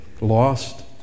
Lost